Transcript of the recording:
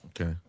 Okay